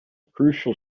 crucial